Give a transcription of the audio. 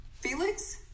Felix